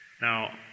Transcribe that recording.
Now